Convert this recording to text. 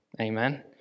Amen